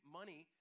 money